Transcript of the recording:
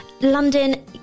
London